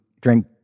drink